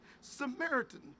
Samaritan